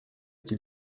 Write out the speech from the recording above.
qu’il